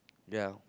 ya